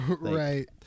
Right